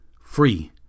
free